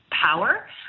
power